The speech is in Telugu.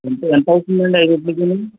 అంటే ఎంత అవుతుంది అండి ఐదింటికి